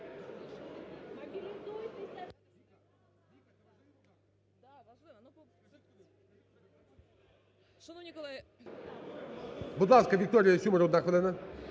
Будь ласка, Вікторія Сюмар, одна хвилина.